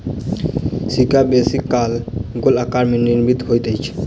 सिक्का बेसी काल गोल आकार में निर्मित होइत अछि